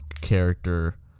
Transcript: character